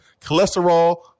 cholesterol